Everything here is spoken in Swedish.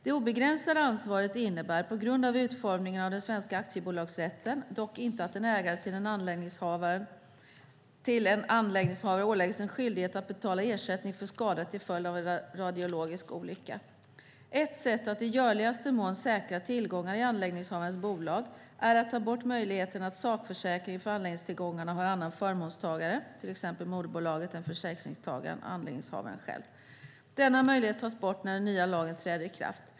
Det obegränsade ansvaret innebär dock inte, på grund av utformningen av den svenska aktiebolagsrätten, att anläggningshavaren åläggs en skyldighet att betala ersättning för skada till följd av en radiologisk olycka. Ett sätt att i görligaste mån säkra tillgångar i anläggningshavarens bolag är att ta bort möjligheten att sakförsäkringen för anläggningstillgångarna har annan förmånstagare, till exempel moderbolaget, än försäkringstagaren, anläggningshavaren, själv. Denna möjlighet tas bort när den nya lagen träder i kraft.